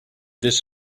this